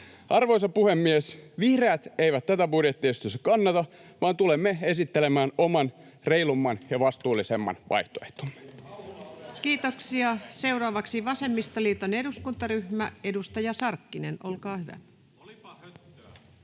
Arvoisa puhemies! Vihreät eivät tätä budjettiesitystä kannata, vaan tulemme esittelemään oman, reilumman ja vastuullisemman vaihtoehtomme. [Perussuomalaisten ryhmästä: Kauhulla odotamme!] Kiitoksia. — Seuraavaksi vasemmistoliiton eduskuntaryhmä, edustaja Sarkkinen, olkaa hyvä.